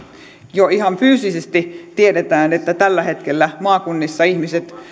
jo ihan fyysisesti tiedetään että tällä hetkellä maakunnissa ihmiset